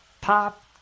Pop